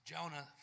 Jonah